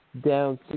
down